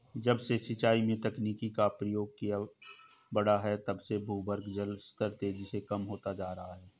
जब से सिंचाई में तकनीकी का प्रयोग बड़ा है तब से भूगर्भ जल स्तर तेजी से कम होता जा रहा है